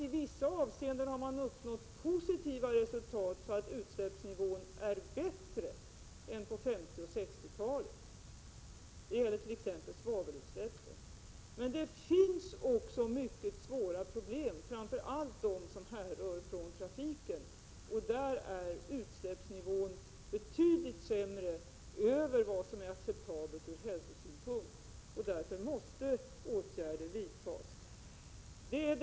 I vissa avseenden har man också uppnått positiva resultat, så att utsläppsnivån är bättre än på 50 och 60-talet. Det gäller t.ex. svavelutsläppen. Det finns också mycket svåra problem, framför allt när det gäller trafiken. Där är utsläppsnivån betydligt sämre, över vad som är acceptabelt ur hälsosynpunkt, och därför måste åtgärder vidtagas.